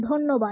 ধন্যবাদ